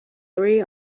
three